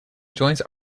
joins